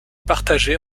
partagés